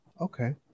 Okay